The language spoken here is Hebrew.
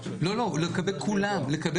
לגבי כולם.